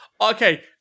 Okay